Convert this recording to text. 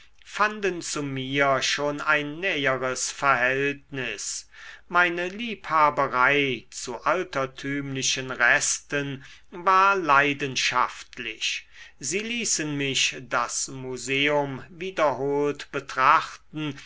fanden zu mir schon ein näheres verhältnis meine liebhaberei zu altertümlichen resten war leidenschaftlich sie ließen mich das museum wiederholt betrachten